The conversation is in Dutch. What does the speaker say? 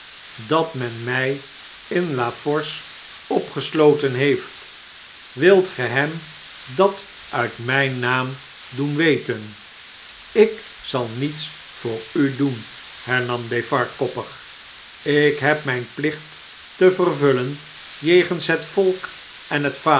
dat men nig in la force opgesloten heeft wilt gij hem dat uit mgn naam doen weten ik zal niets voor u doen hernam defarge koppig ik heb mp plicht te vervullen jegens het volk en het